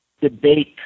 debate